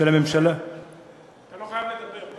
אתה לא חייב לדבר.